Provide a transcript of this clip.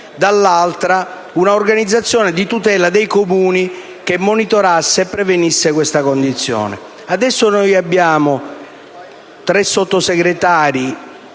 dall'altra, una organizzazione di tutela dei Comuni che monitorasse e prevenisse questa condizione. Adesso noi abbiamo un Ministro